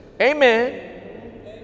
Amen